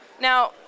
Now